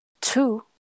two